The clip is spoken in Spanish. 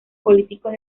políticos